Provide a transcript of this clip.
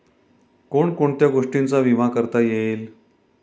कोण कोणत्या गोष्टींचा विमा करता येईल?